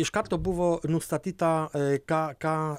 iš karto buvo nustatyta ką ką